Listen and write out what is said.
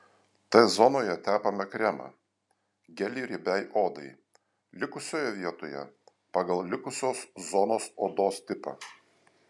t zonoje tepame kremą gelį riebiai odai likusioje vietoje pagal likusios zonos odos tipą